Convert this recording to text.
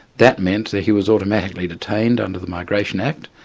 that means that he was automatically detained under the migration act,